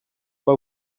pas